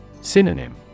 Synonym